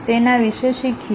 તેના વિશે શીખીએ